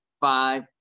five